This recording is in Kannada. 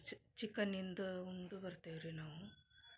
ಚಿಕ್ಕನ್ನಿಂದ ಉಂಡು ಬರ್ತೇವೆ ರೀ ನಾವು